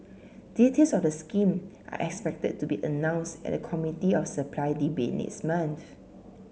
details of the scheme are expected to be announced at the Committee of Supply debate next month